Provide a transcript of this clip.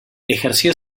ejerció